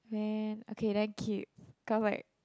then okay then keep cos like